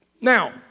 Now